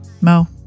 Mo